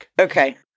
Okay